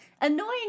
annoying